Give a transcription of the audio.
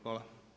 Hvala.